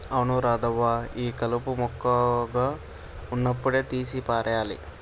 అవును రాధవ్వ ఈ కలుపు మొక్కగా ఉన్నప్పుడే తీసి పారేయాలి